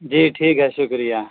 جی ٹھیک ہے شکریہ